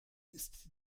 ist